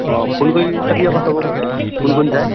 অ' phone কৰিবি চাবি আক' চবকে কোন কোন যায়